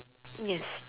yes